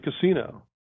casino